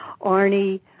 Arnie